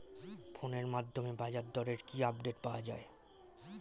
ফোনের মাধ্যমে বাজারদরের কি আপডেট পাওয়া যায়?